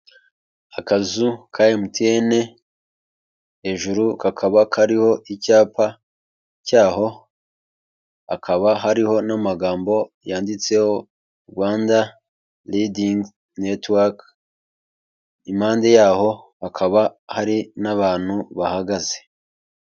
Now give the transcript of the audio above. Akazu ka MTN, hejuru kakaba kariho icyapa cyaho, hakaba hariho n'amagambo yanditseho Rwanda Leading Network, impande yaho hakaba hari n'abantu bahagaze.